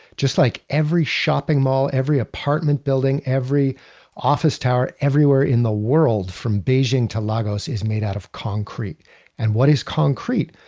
just like every shopping mall, every apartment building, every office tower, everywhere in the world, from beijing lagos is made out of concrete and what is concrete?